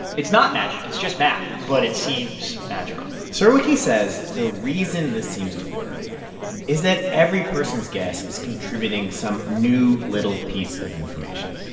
it's not magic. it's just math, but it seems magical surowiecki says the reason this seems to work is that every person's guess is contributing some new, little piece of information.